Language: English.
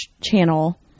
channel